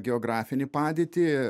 geografinę padėtį